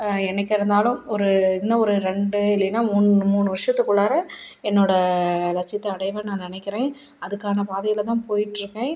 என்றைக்கிருந்தாலும் ஒரு இன்னும் ஒரு ரெண்டு இல்லைன்னா மூண் மூணு வருஷத்துக்குள்ளாறே என்னோடய லட்சியத்தை அடைவேன்னு நான் நினைக்கிறேன் அதுக்கான பாதையில்தான் போயிட்டிருக்கேன்